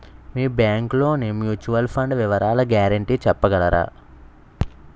మీ bank లోని mutual fund వివరాల guarantee చెప్పగలరా?